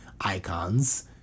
icons